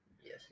Yes